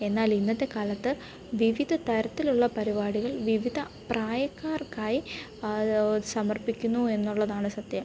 എന്നാലിന്നത്തെ കാലത്ത് വിവിധതരത്തിലുള്ള പരിപാടികൾ വിവിധ പ്രായക്കാർക്കായി അത് സമർപ്പിക്കുന്നു എന്നുള്ളതാണ് സത്യം